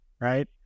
right